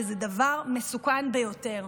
וזה דבר מסוכן ביותר.